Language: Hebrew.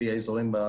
לפי האזורים,